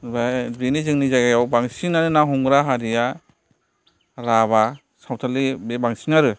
ओमफ्राय बेनि जोंनि जायगायाव बांसिनानो ना हमग्रा हारिया राभा सावथालि बे बांसिन आरो